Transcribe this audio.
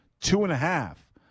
two-and-a-half